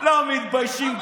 לא מתביישים.